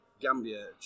Gambia